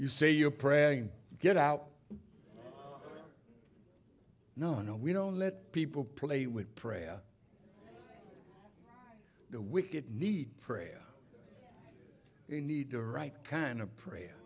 you say you're praying get out no no we don't let people play with prayer the wicked need prayer they need the right kind of prayer